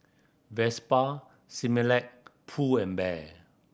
Vespa Similac Pull and Bear